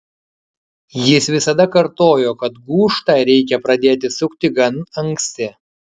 jis visada kartojo kad gūžtą reikia pradėti sukti gan anksti